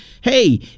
hey